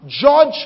Judge